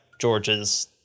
George's